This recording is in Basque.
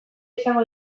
izango